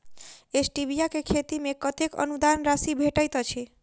Stevia केँ खेती मे कतेक अनुदान राशि भेटैत अछि?